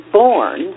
born